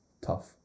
Tough